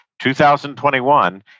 2021